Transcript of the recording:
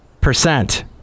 percent